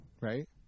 right